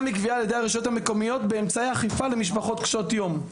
מגבייה על ידי הרשויות המקומיות עם אמצעי אכיפה על משפחות קשות יום.